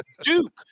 Duke